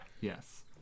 Yes